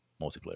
multiplayer